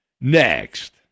Next